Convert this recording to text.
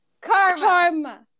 karma